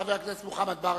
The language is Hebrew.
חבר הכנסת מוחמד ברכה,